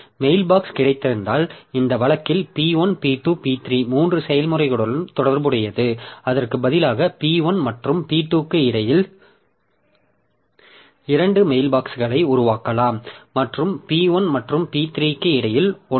mailbox கிடைத்திருந்தால் இந்த வழக்கில் P1 P2 P3 மூன்று செயல்முறைகளுடன் தொடர்புடையது அதற்கு பதிலாக P1 மற்றும் P2 க்கு இடையில் இரண்டு மெயில்பாக்ஸ்களை உருவாக்கலாம் மற்றும் P1 மற்றும் P3 க்கு இடையில் ஒன்று